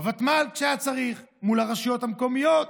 בוותמ"ל כשהיה צריך, מול הרשויות המקומיות,